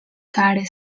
car